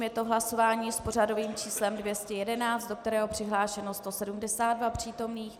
Je to hlasování s pořadovým číslem 211, do kterého je přihlášeno 172 přítomných.